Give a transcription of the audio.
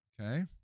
Okay